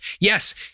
Yes